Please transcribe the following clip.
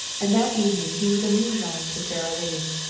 and that evening he was a new jean to sara lee,